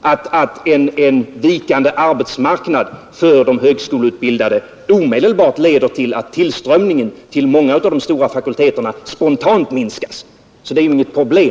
att en vikande arbetsmarknad för de högskoleutbildade omedelbart leder till att tillströmningen till många av de stora fakulteterna spontant minskas, så det är inget problem.